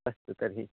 अस्तु तर्हि